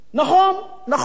נכון, נכון.